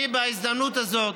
בהזדמנות הזאת